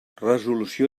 resolució